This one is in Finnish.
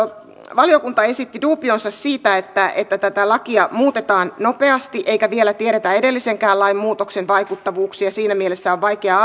valiokunta esitti duubionsa siitä että että tätä lakia muutetaan nopeasti eikä vielä tiedetä edellisenkään lain muutoksen vaikuttavuuksia ja siinä mielessä on vaikea